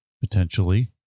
potentially